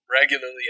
regularly